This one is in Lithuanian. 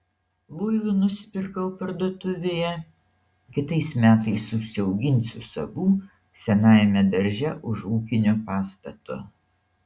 bulvių nusipirkau parduotuvėje kitais metais užsiauginsiu savų senajame darže už ūkinio pastato